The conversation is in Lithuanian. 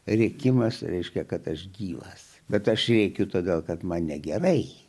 rėkimas reiškia kad aš gyvas bet aš rėkiu todėl kad man negerai